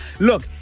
Look